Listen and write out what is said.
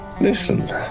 Listen